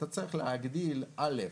אתה צריך להגדיל: א',